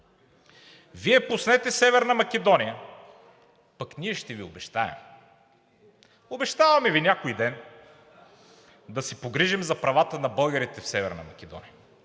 „Вие пуснете Северна Македония, пък ние ще Ви обещаем. Обещаваме Ви някой ден да се погрижим за правата на българите в Северна Македония